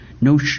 no